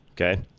Okay